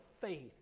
faith